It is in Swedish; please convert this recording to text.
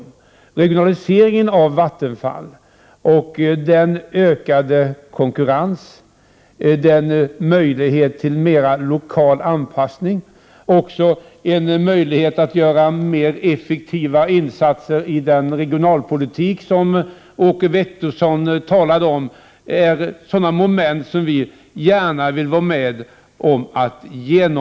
När det gäller regionaliseringen av Vattenfall, den ökade konkurrensen, möjligheterna att åstadkomma en större lokal anpassning och möjligheterna att göra ännu effektivare insatser i den regionalpolitik som Åke Wictorsson talade om, vill vi i centern gärna vara med.